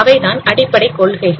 அவை தான் அடிப்படை கொள்கைகள்